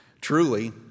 Truly